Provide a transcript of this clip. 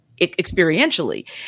experientially